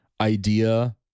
idea